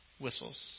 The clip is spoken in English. whistles